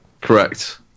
Correct